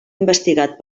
investigat